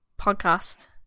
podcast